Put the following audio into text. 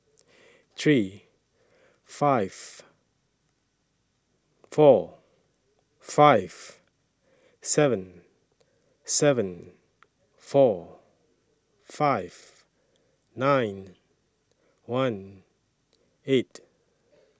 three five four five seven seven four five nine one eight